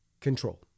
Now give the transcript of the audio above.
control